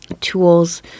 tools